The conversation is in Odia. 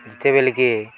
ଯେତେବେଲେ କି